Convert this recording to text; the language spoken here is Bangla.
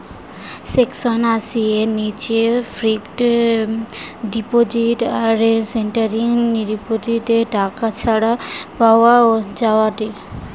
সেকশন আশি সি এর নিচে ফিক্সড ডিপোজিট আর রেকারিং ডিপোজিটে টাকা ছাড় পাওয়া যায়েটে